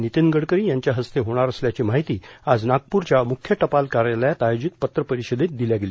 नितीन गडकरी यांच्या हस्ते होणार असल्याची माहिती आज नागपूरच्या मुख्य टपाल कार्यालयात आयोजित पत्र परिषदेत दिली